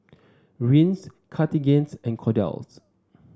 Rene's Cartigain's and Kordel's